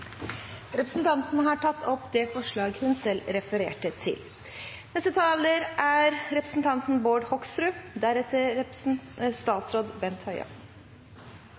Representanten Ketil Kjenseth har dermed tatt opp det forslaget han refererte til. «Eg er